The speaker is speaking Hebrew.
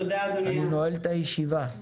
אני נועל את הישיבה.